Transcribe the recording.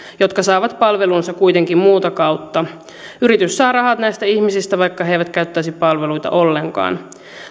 jotka saavat palvelunsa kuitenkin muuta kautta yritys saa rahat näistä ihmisistä vaikka he eivät käyttäisi palveluita ollenkaan